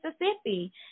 Mississippi